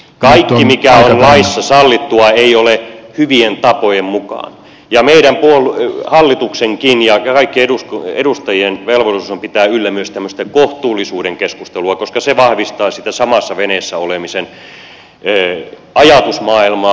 kaikki mikä on laissa sallittua ei ole hyvien tapojen mukaista ja hallituksenkin ja kaikkien edustajien velvollisuus on pitää yllä myös tämmöistä kohtuullisuuden keskustelua koska se vahvistaa sitä samassa veneessä olemisen ajatusmaailmaa